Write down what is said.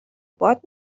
باد